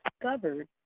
discovered